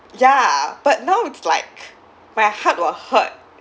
ya but now it's like my heart will hurt